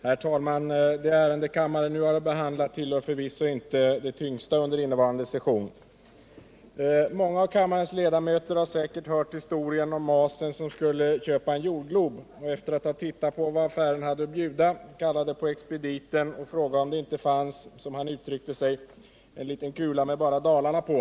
Herr talman! Det ärende kammaren nu har att behandla tillhör förvisso inte de tyngsta under innevarande session. Många av kammarens ledamöter har säkert hört historien om masen som skulle köpa en jordglob. Efter att ha tittat på vad affären hade att bjuda kallade han på expediten och fråga om det inte fanns, som han uttryckte sig, en liten kula med bara Dalarna på.